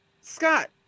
Scott